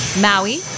Maui